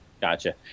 Gotcha